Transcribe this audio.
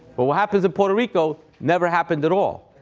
but what happens in puerto rico never happened at all.